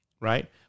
right